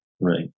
Right